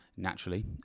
Naturally